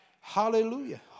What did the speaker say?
Hallelujah